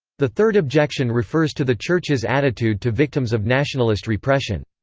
the third objection refers to the church's attitude to victims of nationalist repression.